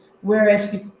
whereas